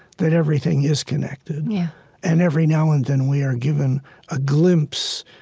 that everything is connected yeah and every now and then, we are given a glimpse,